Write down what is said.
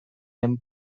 den